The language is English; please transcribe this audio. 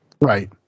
right